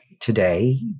Today